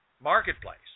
marketplace